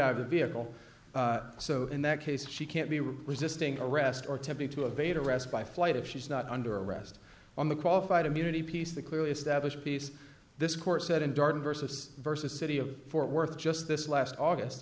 out of the vehicle so in that case she can't be resisting arrest or attempting to evade arrest by flight if she's not under arrest on the qualified immunity piece that clearly established peace this court said and darted versus versus city of fort worth just this last august